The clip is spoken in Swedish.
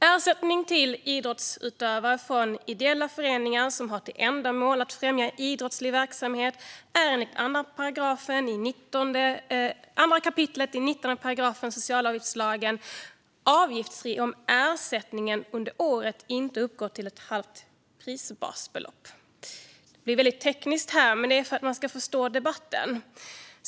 Ersättning till idrottsutövare från ideella föreningar som har till ändamål att främja idrottslig verksamhet är enligt 2 kap. 19 § socialavgiftslagen avgiftsfri om ersättningen under året inte har uppgått till ett halvt prisbasbelopp. Det blir väldigt tekniskt här, men det är för att man ska förstå debatten.